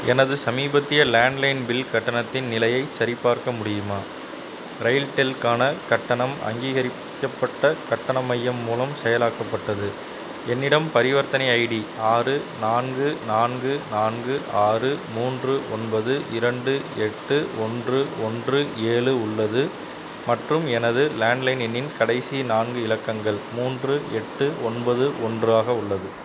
எனது சமீபத்திய landline bill கட்டணத்தின் நிலையை சரிபார்க்க முடியுமா ரயில்டெல்க்கான கட்டணம் அங்கீகரிக்கப்பட்ட கட்டணம் மையம் மூலம் செயலாக்கப்பட்டது என்னிடம் பரிவர்த்தனை ஐடி ஆறு நான்கு நான்கு நான்கு ஆறு மூன்று ஒன்பது இரண்டு எட்டு ஒன்று ஒன்று ஏழு உள்ளது மற்றும் எனது லேண்ட்லைன் எண்ணின் கடைசி நான்கு இலக்கங்கள் மூன்று எட்டு ஒன்பது ஒன்றாக உள்ளது